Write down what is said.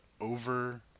over